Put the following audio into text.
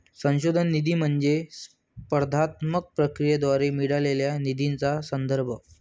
संशोधन निधी म्हणजे स्पर्धात्मक प्रक्रियेद्वारे मिळालेल्या निधीचा संदर्भ